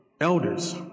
Elders